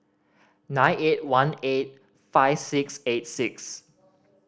nine eight one eight five six eight six